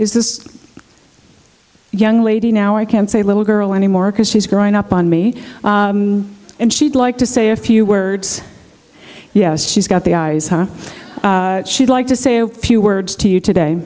is this young lady now i can say little girl anymore because she's grown up on me and she'd like to say a few words yes she's got the eyes she'd like to say a few words to you today